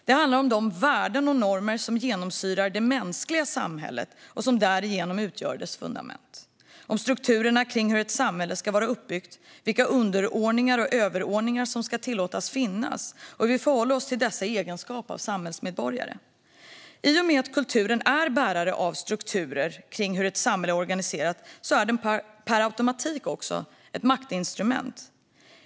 Det handlar om de värden och normer som genomsyrar det mänskliga samhället och som därigenom utgör dess fundament - om strukturerna kring hur ett samhälle ska vara uppbyggt, vilka underordningar och överordningar som ska tillåtas finnas och hur vi förhåller oss till dessa i egenskap av samhällsmedborgare. I och med att kulturen är bärare av strukturer kring hur ett samhälle är organiserat är den per automatik också ett maktinstrument.